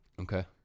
Okay